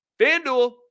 FanDuel